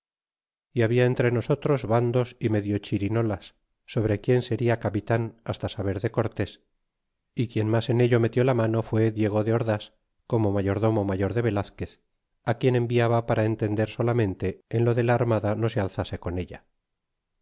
y habla entre nosotros bandbs y medio chirinolas sobre quien seria capitán hasta saber de cortés y quien mas en ello metió la mano fue diego de ordás como mayordomo mayor del velazquez quien enviaba para entender solamente en lo de la armada no se alzase con ella